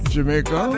Jamaica